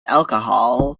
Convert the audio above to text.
alcohol